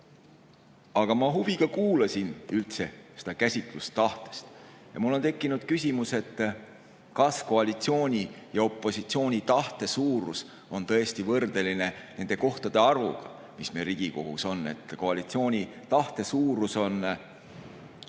ma huviga kuulasin üldse seda käsitlust tahtest ja mul on tekkinud küsimus, kas koalitsiooni ja opositsiooni tahte suurus on tõesti võrdeline nende kohtade arvuga, mis meil Riigikogus on. Et koalitsiooni tahte suurus on 60 ühikut